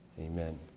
amen